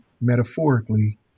metaphorically